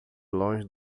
longe